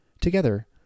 Together